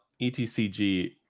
ETCG